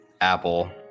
Apple